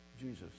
Jesus